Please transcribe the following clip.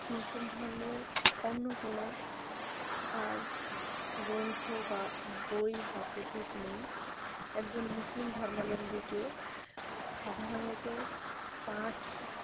মুসলিম ধর্মের অন্য কোনো আর গ্রন্থ বা বই বা প্রতীক নেই একজন মুসলিম ধর্মলম্বীকে সাধারণত পাঁচ